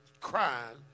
crying